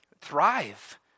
thrive